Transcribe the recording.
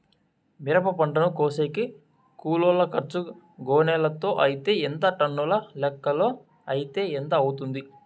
మిరప పంటను కోసేకి కూలోల్ల ఖర్చు గోనెలతో అయితే ఎంత టన్నుల లెక్కలో అయితే ఎంత అవుతుంది?